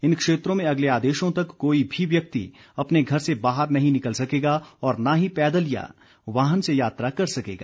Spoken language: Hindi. इन क्षेत्रों में अगले आदेशों तक कोई भी व्यक्ति अपने घर से बाहर नहीं निकल सकेगा और न ही पैदल या वाहन से यात्रा कर सकेगा